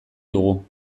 dugu